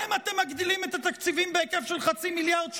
להם אתם מגדילים את התקציבים בהיקף של חצי מיליארד ש"ח?